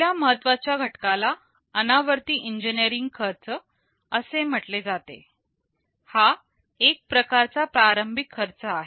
पहिल्या महत्त्वाच्या घटकाला अनावर्ती इंजिनिअरिंग खर्च असे म्हणले जाते हा एक प्रकारचा प्रारंभिक खर्च आहे